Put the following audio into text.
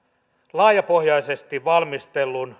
laajapohjaisessa parlamentaarisessa valmistelussa valmistellun